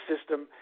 system